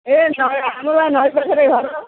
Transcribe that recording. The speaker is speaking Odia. ଏ ଆମର ପା ନଈ ପାଖରେ ଘର